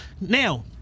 Now